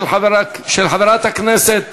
של חברת הכנסת